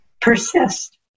persist